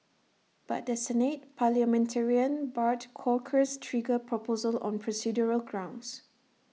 but the Senate parliamentarian barred Corker's trigger proposal on procedural grounds